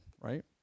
right